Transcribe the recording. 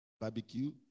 barbecue